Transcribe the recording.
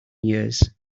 years